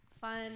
Fun